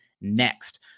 next